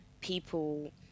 people